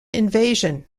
invasion